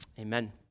Amen